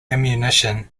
ammunition